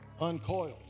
uncoiled